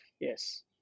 Yes